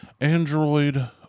Android